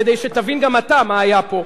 כדי שתבין גם אתה מה היה פה,